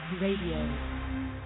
Radio